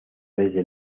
desde